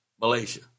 Malaysia